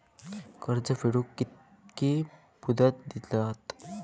कर्ज फेडूक कित्की मुदत दितात?